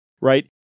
Right